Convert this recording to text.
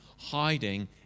hiding